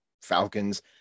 Falcons